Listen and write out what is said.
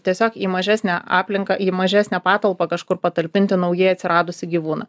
tiesiog į mažesnę aplinką į mažesnę patalpą kažkur patalpinti naujai atsiradusį gyvūną